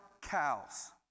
cows